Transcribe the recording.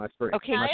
Okay